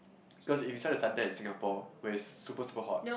cause if you try to satay in Singapore where is super super hot